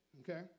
Okay